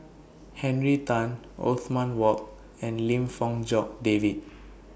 Henry Tan Othman Wok and Lim Fong Jock David